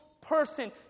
person